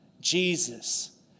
Jesus